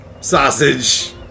Sausage